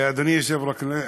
אדוני היושב-ראש,